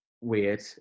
weird